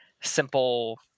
simple